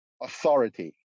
authority